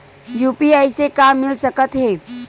UPI से का मिल सकत हे?